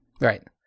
Right